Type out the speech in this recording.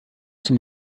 zum